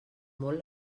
molt